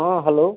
ହଁ ହ୍ୟାଲୋ